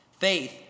Faith